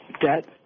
debt